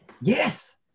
Yes